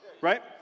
right